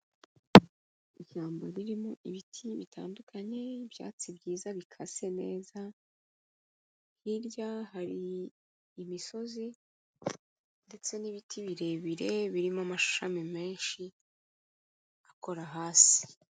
Ishyamba ririmo ibiti bitandukanye, ibyatsi byiza bikase neza, hirya hari imisozi ndetse n'ibiti birebire birimo amashami menshi akora hasi.